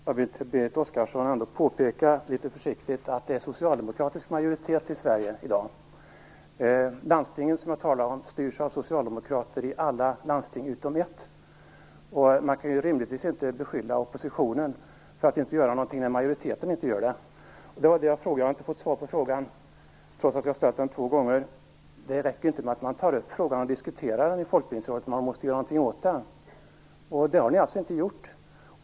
Fru talman! Jag vill litet försiktigt påpeka för Berit Oscarsson att det är socialdemokratisk majoritet i Sverige i dag. Alla landsting utom ett styrs av socialdemokrater. Man kan ju rimligtvis inte beskylla oppositionen för att inte göra någonting när majoriteten inte gör det. Jag har inte fått svar på min fråga, trots att jag har ställt den två gånger. Det räcker ju inte med att man tar upp frågan och diskuterar den i Folkbildningsrådet. Man måste ju göra någonting åt den, och det har ni alltså inte gjort.